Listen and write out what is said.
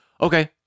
Okay